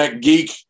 geek